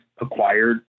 acquired